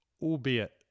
albeit